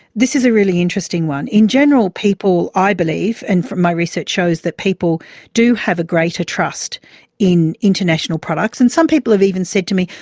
this is a really interesting one. in general, people i believe and my research shows that people do have a greater trust in international products. and some people have even said to me,